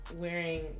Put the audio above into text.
wearing